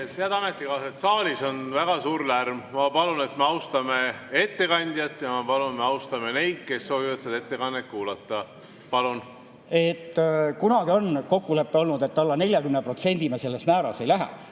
Head ametikaaslased! Saalis on väga suur lärm. Ma palun, et me austame ettekandjat, ja ma palun, et me austame neid, kes soovivad seda ettekannet kuulata. Palun! Kunagi on kokkulepe olnud, et alla 40% me selles määras ei lähe,